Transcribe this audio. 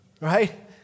right